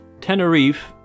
Tenerife